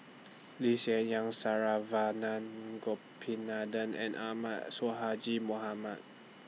Lee Hsien Yang Saravanan Gopinathan and Ahmad Sonhadji Mohamad